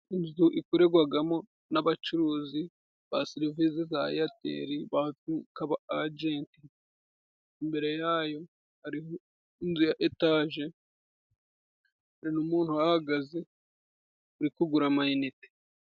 Inzu ikorerwamo n'abacuruzi ba serivisi za eyateri, hakaba ajenti imbere yayo hari inzu ya etaje, hari n'umuntu uhahagaze uri kugura amiyinite.